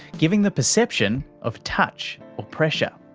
giving the perception of touch or pressure.